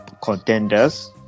contenders